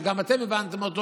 שגם אתם הבנתם אותו,